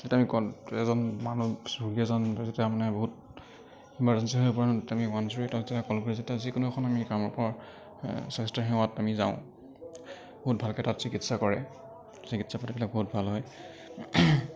যেতিয়া আমি কল এজন মানুহ ৰোগী এজন যেতিয়া মানে বহুত ইমাৰ্জেঞ্চি হৈ পৰে ন তেতিয়া আমি ওৱান জিৰ' এইটক যেতিয়া কল কৰি যেতিয়া যিকোনো এখন আমি কামৰূপৰ স্বাস্থ্য সেৱাত আমি যাওঁ বহুত ভালকৈ তাত চিকিৎসা কৰে চিকিৎসা পাতিবিলাক বহুত ভাল হয়